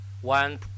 one